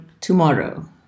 tomorrow